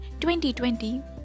2020